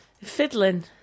Fiddling